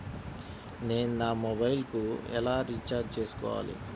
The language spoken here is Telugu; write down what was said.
నేను నా మొబైల్కు ఎలా రీఛార్జ్ చేసుకోవాలి?